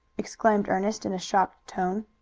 exclaimed ernest in a shocked tone.